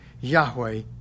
Yahweh